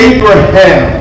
Abraham